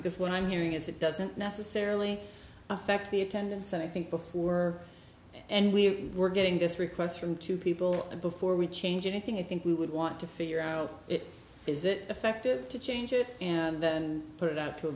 because what i'm hearing is it doesn't necessarily affect the attendance and i think before and we were getting this requests from two people before we change anything i think we would want to figure out it is it effective to change it and then put it out to